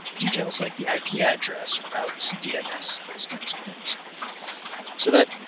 details like the ip yeah address routes, dns, those kinds of things so that,